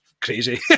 crazy